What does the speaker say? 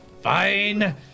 Fine